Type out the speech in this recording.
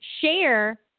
Share